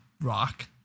rock